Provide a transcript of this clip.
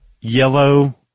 yellow